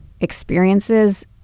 experiences